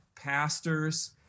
pastors